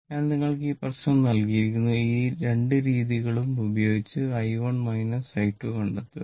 അതിനാൽ നിങ്ങൾക്ക് ഒരു പ്രശ്നം നൽകിയിരിക്കുന്നു രണ്ട് രീതികളും ഉപയോഗിച്ച് കണ്ടെത്തുക